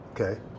okay